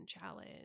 challenge